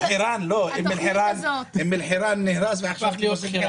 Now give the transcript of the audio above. אום אל חירן נהרס והפך להיות חירן.